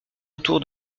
autour